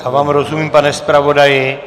Já vám rozumím, pane zpravodaji.